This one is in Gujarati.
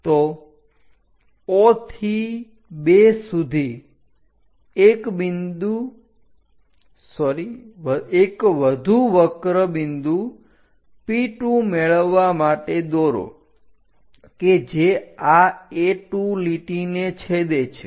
તો O થી 2 સુધી એક વધુ વક્ર બિંદુ P2 મેળવવા માટે દોરો કે જે આ A2 લીટીને છેદે છે